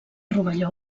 rovelló